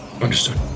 Understood